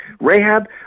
Rahab